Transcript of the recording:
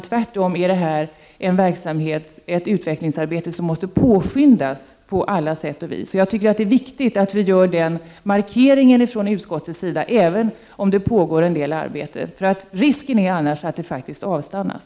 Tvärtom är detta ett utvecklingsarbete som måste påskyndas på alla sätt. Jag tycker det är viktigt att vi gör den markeringen från utskottets sida, även om det pågår en del arbete. Risken är annars att detta arbete avstannar.